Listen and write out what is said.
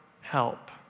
help